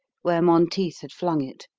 where monteith had flung it.